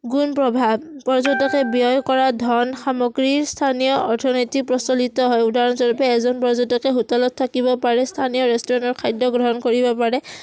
গুণ প্ৰভাৱ পৰ্যটকে ব্যয় কৰা ধন সামগ্ৰীৰ স্থানীয় অৰ্থনীতি প্ৰচলিত হয় উদাহৰণস্বৰূপে এজন পৰ্যটকে হোটেলত থাকিব পাৰে স্থানীয় ৰেষ্টুৰেণ্টৰ খাদ্য গ্ৰহণ কৰিব পাৰে